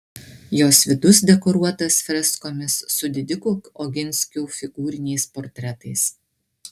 jos vidus dekoruotas freskomis su didikų oginskių figūriniais portretais